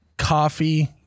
Coffee